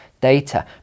data